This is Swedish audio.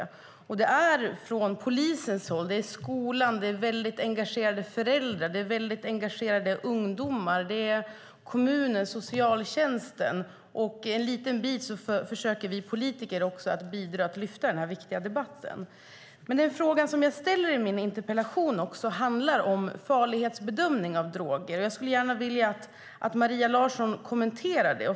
Det är engagemang från polisens håll, från skolan, föräldrar, ungdomar, kommunen och socialtjänsten. En liten bit försöker också vi politiker bidra med att lyfta fram den här viktiga debatten. En fråga som jag ställer i min interpellation handlar också om farlighetsbedömning av droger. Jag skulle gärna vilja att Maria Larsson kommenterar den.